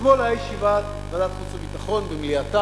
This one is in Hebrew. אתמול היתה ישיבת ועדת חוץ וביטחון במליאתה.